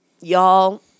y'all